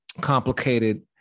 complicated